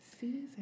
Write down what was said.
season